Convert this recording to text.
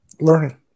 learning